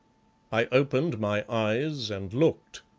i opened my eyes and looked.